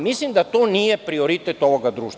Mislim da to nije prioritet ovog društva.